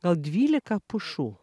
gal dvylika pušų